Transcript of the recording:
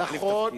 מחליף תפקיד.